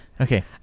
Okay